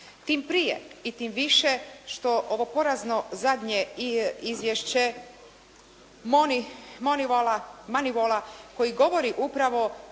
Tim prije i tim više što ovo porazno zadnje izvješće MONEYWALLA-a koji govori upravo